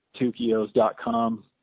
Tukios.com